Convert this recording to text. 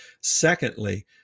Secondly